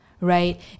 right